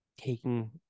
taking